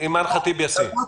פניות.